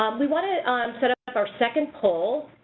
um we want to set up our second poll.